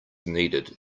needed